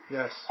Yes